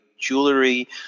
jewelry